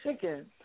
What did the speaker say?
chicken